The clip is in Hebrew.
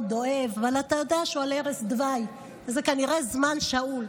אוהב אבל אתה יודע שהוא על ערש דווי וזה כנראה זמן שאול?